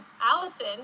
Allison